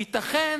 ייתכן,